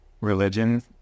religion